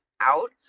out